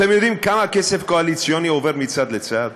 אתם יודעים כמה כסף קואליציוני עובר מצד לצד?